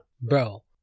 Bro